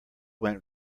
went